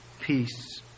peace